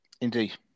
Indeed